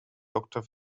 doctor